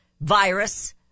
virus